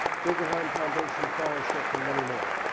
guggenheim foundation fellowship, and many more,